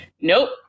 nope